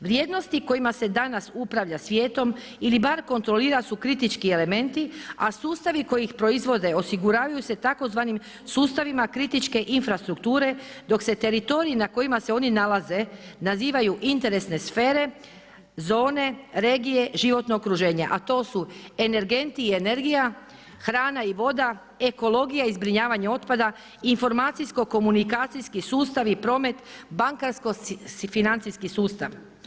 Vrijednosti kojima se danas upravlja svijetom ili bar kontrolira su kritički elementi a sustavi koji ih proizvode osiguravaju se tzv. sustavima kritičke infrastrukture dok se teritoriji na kojima se oni nalaze nazivaju interesne sfere, zone, regije, životno okruženje a to su energenti i energija, hrana i voda, ekologija i zbrinjavanje otpada, informacijsko, komunikacijski sustavi i promet, bankarsko financijski sustav.